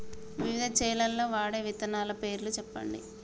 వివిధ చేలల్ల వాడే విత్తనాల పేర్లు చెప్పండి?